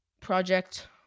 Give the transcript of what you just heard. project